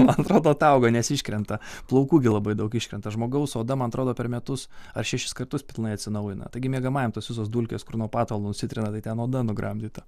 man atrodo atauga nes iškrenta plaukų gi labai daug iškrenta žmogaus oda man atrodo per metus ar šešis kartus pilnai atsinaujina taigi miegamajam tos visos dulkės kur nuo patalo nusitrina tai ten oda nugramdyta